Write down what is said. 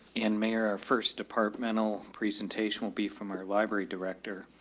and mayor. first departmental presentation will be from our library director.